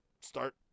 start